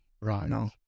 Right